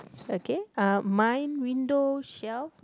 okay uh mine window shelve